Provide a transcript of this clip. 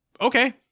Okay